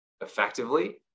effectively